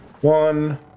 One